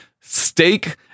steak